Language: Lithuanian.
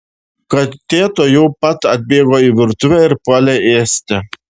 katė tuojau pat atbėgo į virtuvę ir puolė ėsti